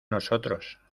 nosotros